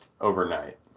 overnight